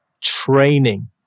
training